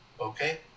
okay